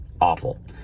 awful